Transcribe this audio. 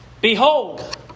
Behold